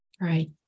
Right